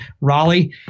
Raleigh